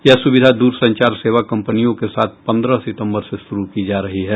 यह सुविधा दूर संचार सेवा कंपनियों के साथ पंद्रह सितम्बर से शुरू की जा रही है